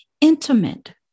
intimate